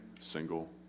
single